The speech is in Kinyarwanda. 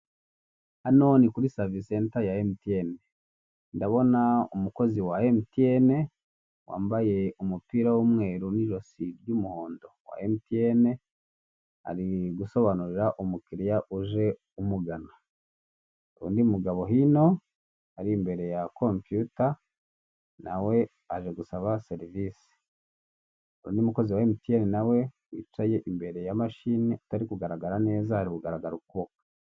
Hano ni kuri service center ya emutiyene, ndabona umukozi wa emutiyene wambaye umupira w'umweru n'ijosi ry'umuhondo wa emutiyene ari gusobanurira umukiriya uje umugana. Undi mugabo hino ari imbere ya compiyuta nawe aje gusaba serivisi, undi mukozi wa emutiyene nawe wicaye imbere ya mashini itari kugaragara neza ari kugaragara ukuboko.